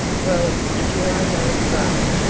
well, if you are not afraid,